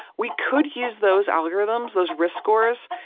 we could use those algorithms, those risk scores,